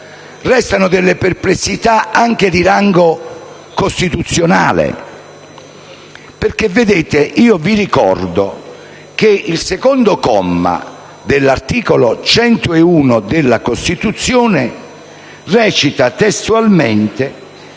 restano talune perplessità anche di rango costituzionale. Vi ricordo a tal proposito che il secondo comma dell'articolo 101 della Costituzione recita testualmente: